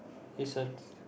is a